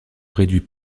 réduit